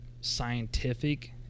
scientific